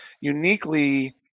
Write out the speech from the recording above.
uniquely